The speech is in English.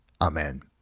Amen